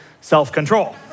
self-control